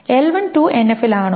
L1 2NF ൽ ആണോ